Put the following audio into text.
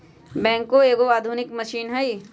backhoe एगो आधुनिक machine हइ